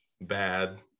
Bad